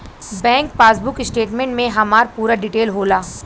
bank passbook statement में हमार पूरा डिटेल होला